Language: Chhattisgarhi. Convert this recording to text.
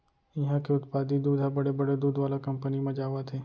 इहां के उत्पादित दूद ह बड़े बड़े दूद वाला कंपनी म जावत हे